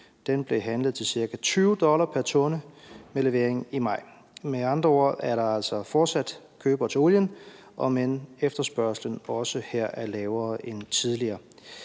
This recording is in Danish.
Den blev handlet ca. 20 dollar pr. tønde med levering i maj. Med andre ord er der altså fortsat købere til olien, om end efterspørgslen også her er lavere end tidligere.